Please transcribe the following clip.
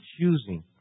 choosing